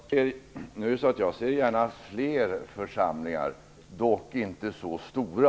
Fru talman! Jag ser gärna fler församlingar, dock inte så stora.